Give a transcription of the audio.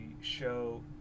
show